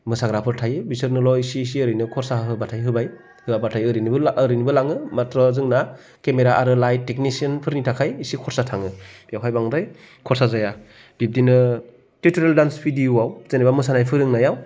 मोसाग्राफोर थायो बिसोरनोल' इसे इसे ओरैनो खरसा होबाथाय होबाय होआबाथाय ओरैनोबो लाङो माथ्र' जोंना केमेरा आरो लाइट टेकनिसियानफोरनि थाखाय इसे खरसा थाङो बेवहाय बांद्राय खरसा जाया बिदिनो टिउट'रियेल दानस भिदिय'आव जेनेबा मोसानाय फोरोंनायाव